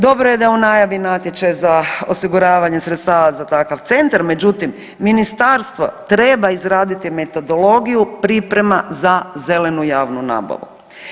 Dobro je da je u najavi natječaj za osiguravanje sredstava za takav centar, međutim Ministarstvo treba izraditi metodologiju priprema za zelenu javnu nabavu.